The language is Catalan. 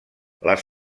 les